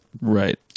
Right